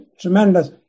tremendous